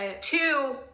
Two